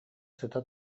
сыта